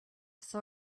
saw